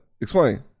Explain